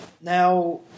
Now